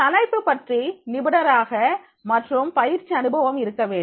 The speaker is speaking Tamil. தலைப்பு பற்றி நிபுணராக மற்றும் பயிற்சி அனுபவம் இருக்க வேண்டும்